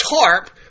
tarp